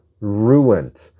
ruined